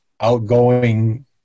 outgoing